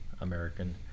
American